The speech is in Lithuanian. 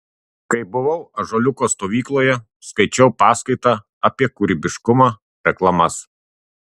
kai buvau ąžuoliuko stovykloje skaičiau paskaitą apie kūrybiškumą reklamas